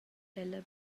ella